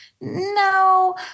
No